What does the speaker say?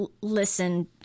listen